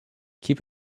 keep